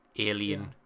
alien